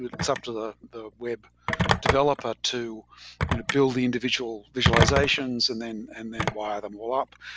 it's up to the the web developer to you know build the individual visualizations and then and then wire them all up.